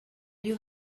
you